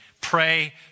pray